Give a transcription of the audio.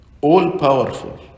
all-powerful